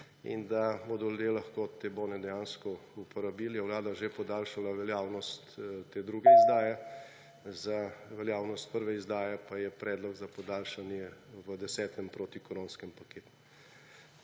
In da bodo ljudje lahko te bone dejansko uporabili, je Vlada že podaljšala veljavnost te druge izdaje, za veljavnost prve izdaje pa je predlog za podaljšanje v 10. protikoronskem paketu.